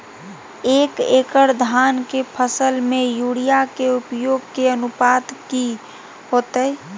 एक एकड़ धान के फसल में यूरिया के उपयोग के अनुपात की होतय?